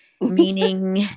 meaning